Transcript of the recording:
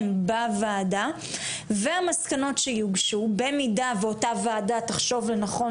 בוועדה והמסקנות שיוגשו במידה ואותה וועדה תחשוב לנכון,